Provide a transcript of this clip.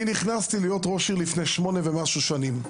אני נכנסתי להיות ראש עיר לפני שמונה ומשהו שנים.